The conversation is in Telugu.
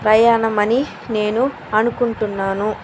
ప్రయాణం అని నేను అనుకుంటున్నాను